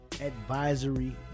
Advisory